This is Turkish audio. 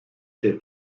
şey